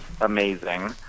amazing